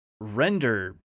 render